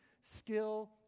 skill